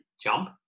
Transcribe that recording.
jump